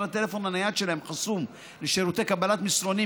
הטלפון הנייד שלהם חסום לשירותי קבלת מסרונים,